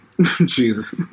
Jesus